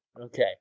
okay